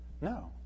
No